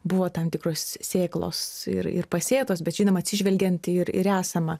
buvo tam tikros sėklos ir ir pasėtos bet žinoma atsižvelgiant ir ir į esamą